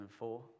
2004